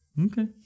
Okay